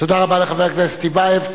תודה רבה לחבר הכנסת טיבייב.